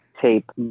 tape